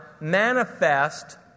manifest